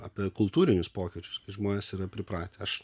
apie kultūrinius pokyčius žmonės yra pripratę aš